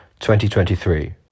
2023